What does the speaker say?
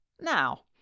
Now